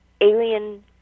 alien